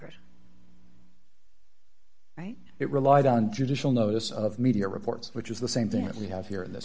record right it relied on judicial notice of media reports which is the same thing that we have here in th